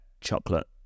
chocolate